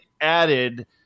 added